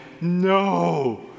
no